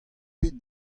bet